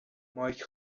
مایک